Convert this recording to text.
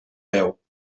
peu